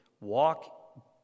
walk